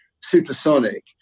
Supersonic